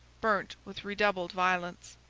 burnt with redoubled violence.